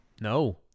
No